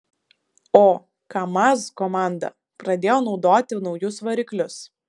o kamaz komanda pradėjo naudoti naujus variklius